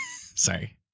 Sorry